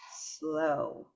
slow